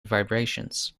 vibrations